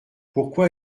pourquoi